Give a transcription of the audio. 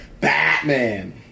Batman